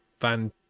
Van